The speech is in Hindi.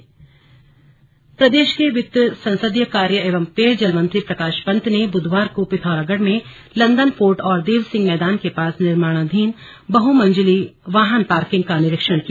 स्लग प्रकाश पंत प्रदेश के वित्त संसदीय कार्य एवं पेयजल मंत्री प्रकाश पंत ने बुधवार को पिथौरागढ़ में लंदन फोर्ट और देव सिंह मैदान के पास निर्माणाधीन बहुमंजिली वाहन पार्किंग का निरीक्षण किया